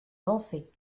danser